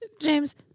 James